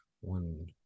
one